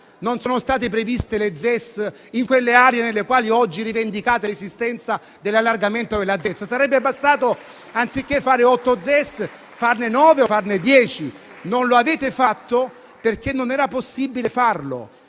non sono state previste le ZES in quelle aree nelle quali oggi rivendicate l'allargamento della ZES? Sarebbe bastato, anziché fare otto ZES, farne nove o dieci. Ma non lo avete fatto perché non era possibile farlo,